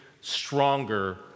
stronger